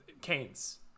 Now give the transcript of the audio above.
Keynes